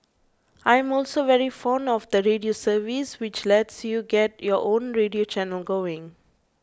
I am also very fond of the radio service which lets you get your own radio channel going